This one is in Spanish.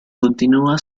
continúa